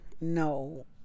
No